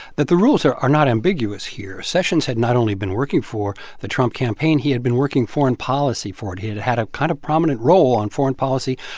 that the rules are are not ambiguous here. sessions had not only been working for the trump campaign, he had been working foreign policy for it. he had had a kind of prominent role on foreign policy,